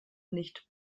nicht